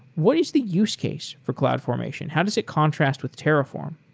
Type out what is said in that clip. what is the use case for cloud formation? how does it contrast with terraform?